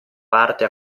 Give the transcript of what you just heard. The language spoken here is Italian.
parte